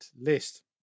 list